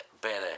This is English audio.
better